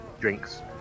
Drinks